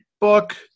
book